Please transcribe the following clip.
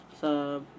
sa